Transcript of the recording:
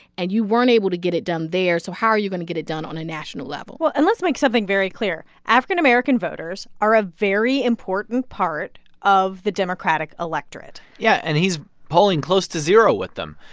and you weren't able to get it done there. so how are you going to get it done on a national level? well, and let's make something very clear. african-american voters are a very important part of the democratic electorate yeah. and he's polling close to zero with them.